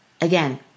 again